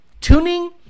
tuning